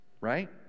Right